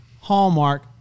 Hallmark